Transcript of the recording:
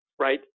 right